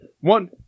One